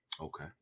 Okay